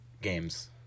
games